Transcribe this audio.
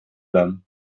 them